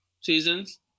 seasons